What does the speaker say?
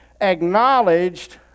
acknowledged